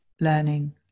learning